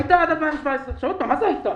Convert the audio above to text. היא הייתה עד 2017. עכשיו, שוב, מה זה הייתה?